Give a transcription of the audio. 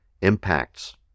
impacts